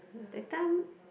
that time